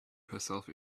herself